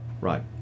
Right